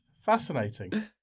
Fascinating